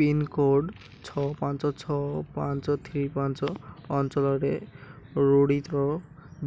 pincode ଛଅ ପାଞ୍ଚ ଛଅ ପାଞ୍ଚ ଥ୍ରୀ ପାଞ୍ଚ ଅଞ୍ଚଳରେ ରୂଢ଼ୀଥ